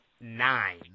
nine